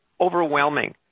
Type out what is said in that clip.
overwhelming